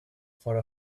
for